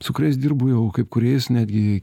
su kuriais dirbu jau kaip kuriais netgi